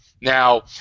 Now